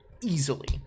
easily